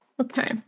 Okay